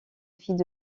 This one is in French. fille